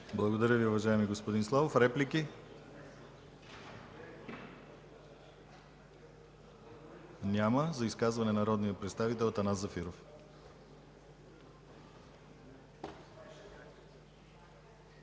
Благодаря Ви, уважаеми господин Славов. Реплики? Няма. За изказване народният представител Атанас Зафиров.